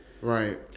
Right